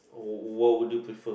wha~ what would you prefer